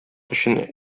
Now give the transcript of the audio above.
өчен